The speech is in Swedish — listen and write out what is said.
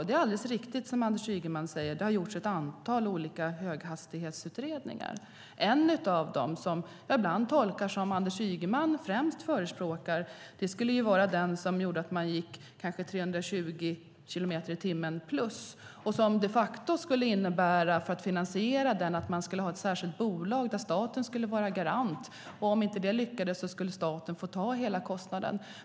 Det är alldeles riktigt som Anders Ygeman säger; det har gjorts ett antal olika höghastighetsutredningar. En av dem, som jag ibland tolkar som det Anders Ygeman främst förespråkar, skulle vara att man gick kanske 320 kilometer i timmen och högre. Det skulle de facto innebära att man för att finansiera den skulle ha ett särskilt bolag där staten skulle vara garant, och om inte det lyckades skulle staten få ta hela kostnaden.